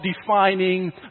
defining